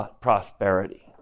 prosperity